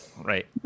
Right